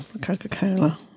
Coca-Cola